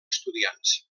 estudiants